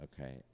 okay